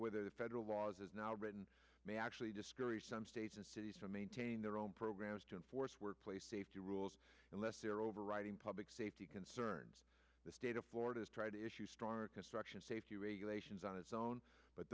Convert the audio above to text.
whether the federal laws now written may actually discourage some states and cities to maintain their own programs to enforce workplace safety rules unless there overriding public safety concerns the state of florida is try to issue stronger construction safety regulations on its own but